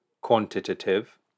quantitative